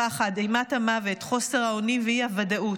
הפחד, אימת המוות, חוסר האונים ואי-הוודאות,